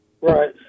Right